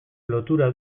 lotura